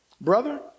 brother